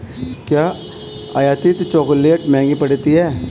क्या आयातित चॉकलेट महंगे पड़ते हैं?